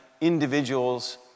individuals